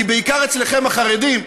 כי בעיקר אצלכם, החרדים,